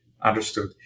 Understood